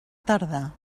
tardar